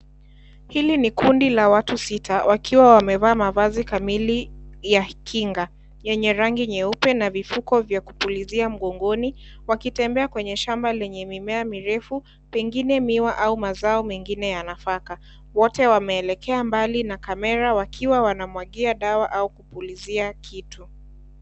Hili ni kundi la watu sita wakiwa wamevaa mavazi kamili ya Kinga yenye rangi nyeupe na vifuko vya kupulizia mgongoni wakitembea kwenye shamba lenye mimea mirefu pengine miwa au mazao ya nafaka, wote wameelekea mbali na kamera wakiwa wanamwagia dawa au kupulizia kitu